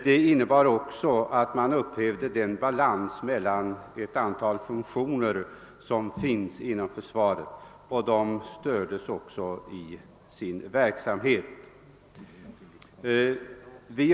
Det innebar också att man upphävde den balans mellan ett antal funktioner som fanns inom försvaret och som därigenom stördes i sin verksamhet.